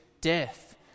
death